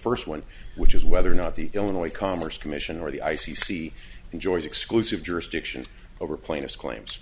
first one which is whether or not the illinois commerce commission or the i c c enjoys exclusive jurisdiction over plaintiffs claims